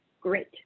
great